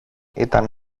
ήταν